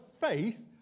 faith